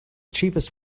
cheapest